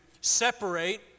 separate